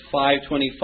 5.25